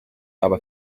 aba